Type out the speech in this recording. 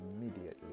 immediately